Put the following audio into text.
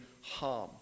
harm